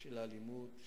של האלימות,